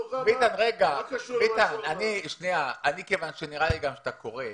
ביטן, כיוון שנראה לי גם שאתה קורא,